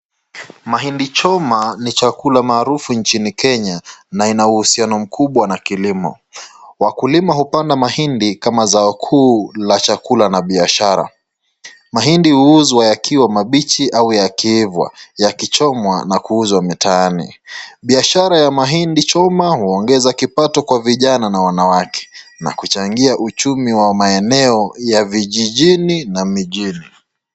Mahindi choma ni chakula maalum nchini Kenya na ina uhusiano mkubwa na kilimo. Wakulima hupanda mahidi kama zao kuu la chakula na biashara. Mahindi huuzwa yakiwa mabichi au yakiiva, yakichomwa na kuuzwa mitaani. Biashara ya mahindi choma huongeza kipato kwa vijana na wanawake na kuchangia uchumi ya maeneo, ya vijijini na mijini.